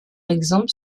exemple